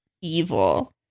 evil